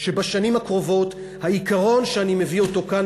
שבשנים הקרובות העיקרון שאני מביא כאן,